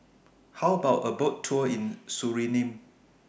How about A Boat Tour in Suriname